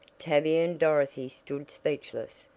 tavia and dorothy stood speechless.